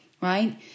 right